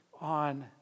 on